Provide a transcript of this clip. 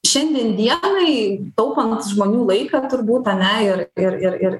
šiandien dienai taupant žmonių laiką turbūt ane ir ir ir ir